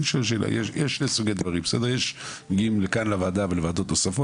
יש שני סוגי דברים יש שמגיעים לכאן לוועדה ולוועדות נוספות,